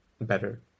better